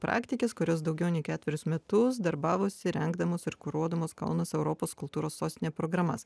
praktikės kurios daugiau nei ketverius metus darbavosi rengdamos ir kuruodamos kaunas europos kultūros sostinė programas